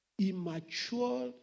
immature